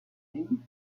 vie